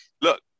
look